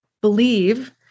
believe